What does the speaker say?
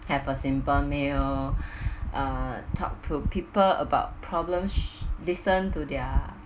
have a simple meal uh talk to people about problems listen to their